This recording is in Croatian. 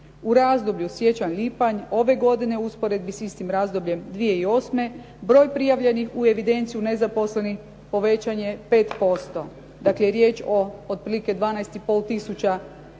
U razdoblju siječanj-lipanj ove godine u usporedbi s istim razdobljem 2008. broj prijavljenih u evidenciju nezaposlenih povećan je 5%. Dakle riječ je otprilike 12,5 tisuća